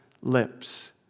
lips